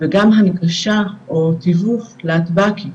וגם הנגשה או תיווך להטב"קי,